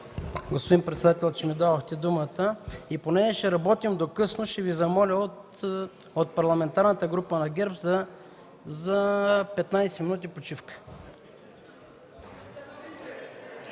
господин председател, че ми дадохте думата. Понеже ще работим до късно, ще Ви помоля от Парламентарната група на ГЕРБ за 15 минути почивка.